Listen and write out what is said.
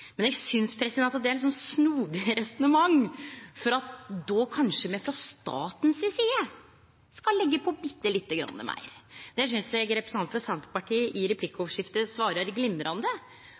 Men eg synest det er eit litt snodig resonnement, at me då kanskje frå staten si side skal leggje på bitte lite grann meir. Der synest eg representanten frå Senterpartiet i replikkordskiftet svara glimrande,